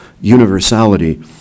universality